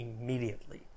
immediately